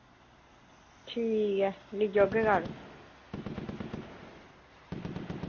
ठीक ऐ लेई औगे कल्ल